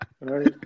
right